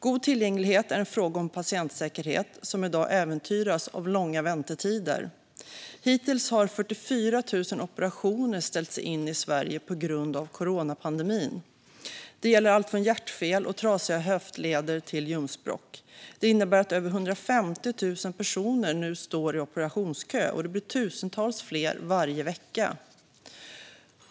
God tillgänglighet är en fråga om patientsäkerhet som i dag äventyras av långa väntetider. Hittills har 44 000 operationer ställts in i Sverige på grund av coronapandemin. Det gäller allt från hjärtfel och trasiga höftleder till ljumskbråck. Detta innebär att över 150 000 personer nu står i operationskö, och det blir tusentals fler varje vecka.